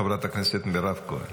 חברת הכנסת מירב כהן.